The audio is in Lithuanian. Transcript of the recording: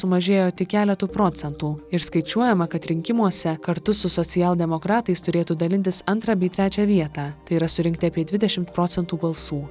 sumažėjo tik keletu procentų ir skaičiuojama kad rinkimuose kartu su socialdemokratais turėtų dalintis antrą bei trečią vietą tai yra surinkti apie dvidešimt procentų balsų